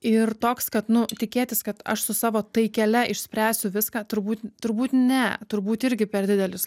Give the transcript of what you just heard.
ir toks kad nu tikėtis kad aš su savo taikele išspręsiu viską turbūt turbūt ne turbūt irgi per didelis